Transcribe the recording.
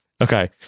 Okay